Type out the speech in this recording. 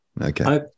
Okay